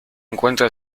encuentra